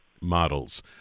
models